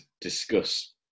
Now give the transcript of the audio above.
discuss